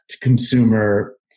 consumer